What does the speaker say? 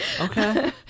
Okay